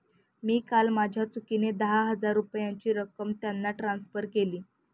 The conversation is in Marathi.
मी काल माझ्या चुकीने दहा हजार रुपयांची रक्कम त्यांना ट्रान्सफर केली